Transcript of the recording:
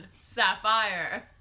Sapphire